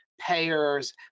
payers